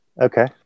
Okay